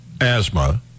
asthma